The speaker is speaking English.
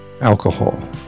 alcohol